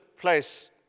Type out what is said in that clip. place